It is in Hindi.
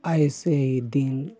ऐसे ही दिन